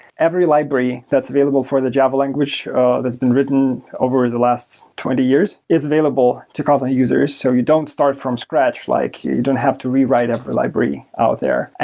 every library that's available for the java language that's been written over the last twenty years is available to kotlin users. so you don't start from scratch. like you you don't have to rewrite every library out there.